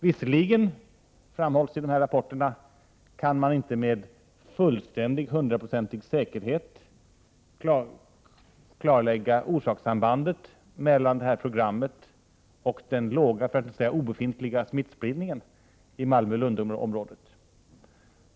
Det framhålls visserligen i dessa rapporter att man inte med hundraprocentig säkerhet kan klarlägga orsakssambandet mellan detta program och den låga, för att inte säga obefintliga, smittspridningen av HIV bland narkomaner i Malmöoch Lundområdet.